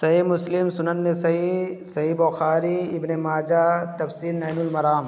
صحیح مسلم سننِ نسائی صحیح بخاری اِبنِ ماجہ تفسیر نین المرام